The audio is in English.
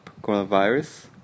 coronavirus